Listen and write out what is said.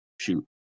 shoot